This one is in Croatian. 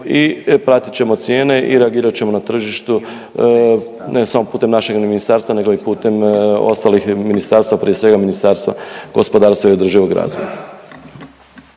i pratit ćemo cijene i reagirat ćemo na tržištu, ne samo putem našeg ministarstva nego i putem ostalih ministarstva, prije svega Ministarstva gospodarstva i održivog razvoja.